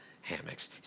hammocks